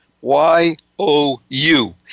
Y-O-U